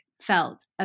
felt